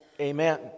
Amen